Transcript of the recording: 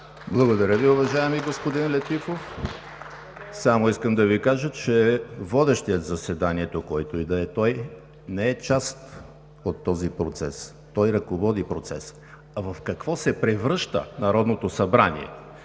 Благодаря Ви, уважаеми господин Летифов. Само искам да Ви кажа, че водещият заседанието, който и да е той, не е част от този процес – той ръководи процеса. А в какво се превръща Народното събрание